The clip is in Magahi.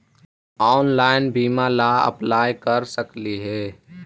ऑनलाइन बीमा ला अप्लाई कर सकली हे?